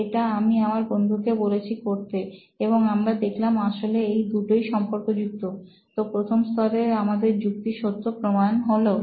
এটা আমি আমার বন্ধুকে বলেছি করতে এবং আমরা দেখলাম আসলে এই দুটোই সম্পর্কযুক্ত তো প্রথম স্তরের আমাদের যুক্তি সত্য প্রমাণ হলো